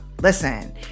listen